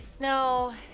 No